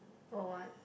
oh what